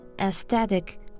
aesthetic